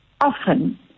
often